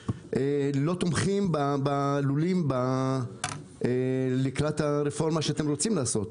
תומכים בלולים לקראת הרפורמה שאתם רוצים לעשות?